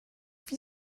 wie